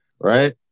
right